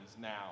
now